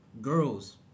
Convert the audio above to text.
girls